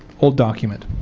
will document.